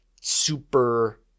super